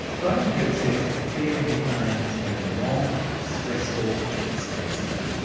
graeme kirk says clearing his name has been long, stressful, and expensive.